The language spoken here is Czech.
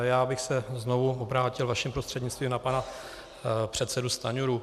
Já bych se znovu obrátil vaším prostřednictvím na pana předsedu Stanjuru.